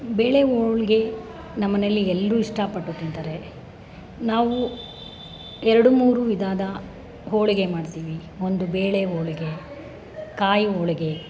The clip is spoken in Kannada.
ಬೇಳೆ ಹೋಳ್ಗೆ ನಮ್ಮನೇಲಿ ಎಲ್ಲರೂ ಇಷ್ಟಪಟ್ಟು ತಿಂತಾರೆ ನಾವು ಎರಡು ಮೂರು ವಿಧದ ಹೋಳಿಗೆ ಮಾಡ್ತೀನಿ ಒಂದು ಬೇಳೆ ಹೋಳಿಗೆ ಕಾಯಿ ಹೋಳಿಗೆ